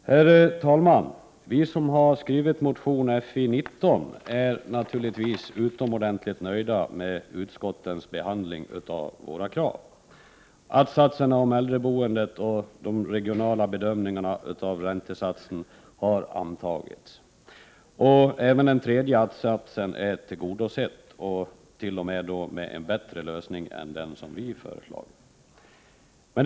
Prot. 1988/89:47 Herr talman! Vi som har skrivit motion Fi19 är naturligtvis utomordentligt 16 december 1988 nöjda med utskottens behandling av våra krav. Att-satserna om äldreboen det och de regionala bedömningarna av räntesatsen har antagits. Även MRS önskemålet i den tredje att-satsen har tillgodosetts, t.o.m. med en bättre BOYBSKA GROT m.m. lösning än den som vi motionärer föreslog.